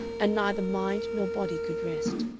and neither mind nor body could rest.